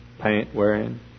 paint-wearing